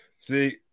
See